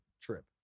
trip